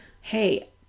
hey